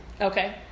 Okay